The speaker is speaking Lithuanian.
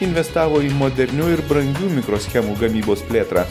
investavo į modernių ir brangių mikroschemų gamybos plėtrą